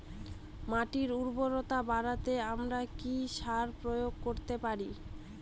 মাটির উর্বরতা বাড়াতে আমরা কি সার প্রয়োগ করতে পারি?